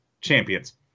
champions